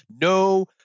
No